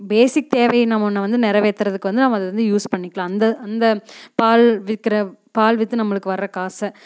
பேசிக் தேவை நம்ம ஒன்று வந்து நிறவேத்துறதுக்கு வந்து நம்ம அதை வந்து யூஸ் பண்ணிக்கலாம் அந்த அந்த பால் விற்கிற பால் விற்று நம்மளுக்கு வர காசு